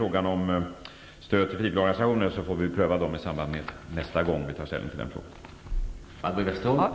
Frågan om stöd till frivilligorganisationer får vi pröva nästa gång vi tar ställning i detta avseende.